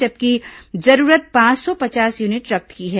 जबकि जरूरत पांच सौ पचास यूनिट रक्त की है